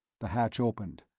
the hatch opened.